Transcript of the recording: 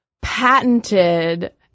patented